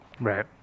Right